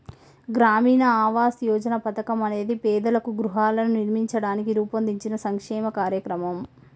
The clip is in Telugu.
గ్రామీణ ఆవాస్ యోజన పథకం అనేది పేదలకు గృహాలను నిర్మించడానికి రూపొందించిన సంక్షేమ కార్యక్రమం